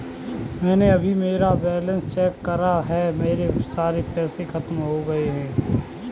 मैंने अभी मेरा बैलन्स चेक करा है, मेरे सारे पैसे खत्म हो गए हैं